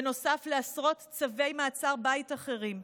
בנוסף לעשרות צווי מעצר בית אחרים.